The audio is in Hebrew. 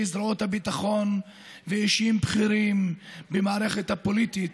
זרועות הביטחון ואישים בכירים במערכת הפוליטית,